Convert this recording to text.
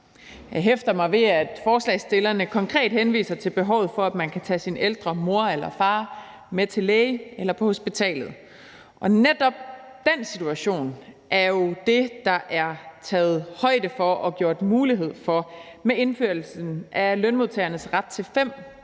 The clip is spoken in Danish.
Jeg hæfter mig ved, at forslagsstillerne konkret henviser til behovet for, at man kan tage sin ældre mor eller far med til læge eller på hospitalet, og netop den situation er jo det, der er taget højde for og gjort muligt med indførelsen af lønmodtagernes ret til 5